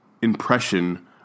Impression